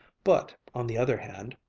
but, on the other hand,